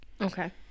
okay